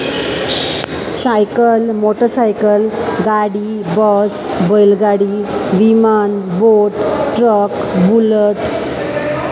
cycle motorcycle गाडी bus बैलगाडी विमान बोट ट्रक बुलट